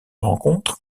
rencontres